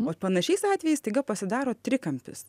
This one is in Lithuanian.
vat panašiais atvejais staiga pasidaro trikampis